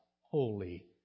holy